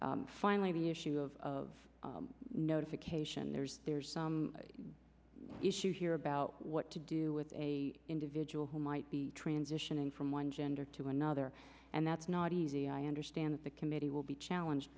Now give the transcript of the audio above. finally the issue of notification there's there's some issue here about what to do with a individual who might be transitioning from one gender to another and that's not easy i understand that the committee will be challenge